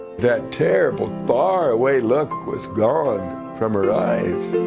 that terrible far away look was gone from her eyes.